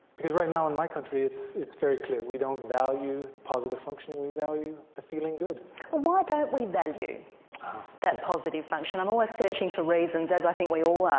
because right now in my country it's it's very clear, we don't value the positive functioning, we value the feeling good. well why don't we value that positive function? i'm always searching for reasons, as i think we all